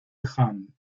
jan